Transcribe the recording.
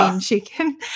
chicken